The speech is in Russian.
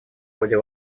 ходе